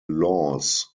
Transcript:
laws